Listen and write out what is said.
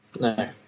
No